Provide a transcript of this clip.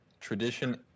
tradition